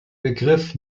begriff